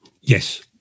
Yes